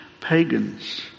pagans